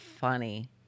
funny